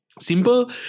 Simple